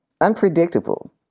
Unpredictable